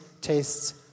tastes